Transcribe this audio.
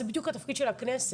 זה בדיוק התפקיד של הכנסת.